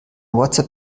whatsapp